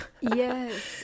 yes